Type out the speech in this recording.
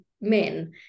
men